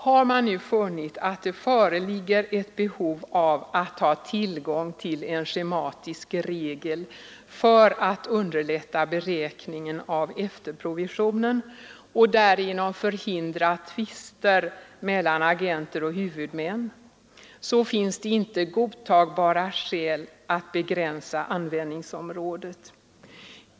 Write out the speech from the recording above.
Har man nu funnit att det föreligger ett behov av att ha tillgång till en schematisk regel för att underlätta beräkningen av efterprovisionen och därigenom förhindra tvister mellan agenter och huvudmän, finns det inte godtagbara skäl att begränsa användningsområdet.